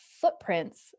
footprints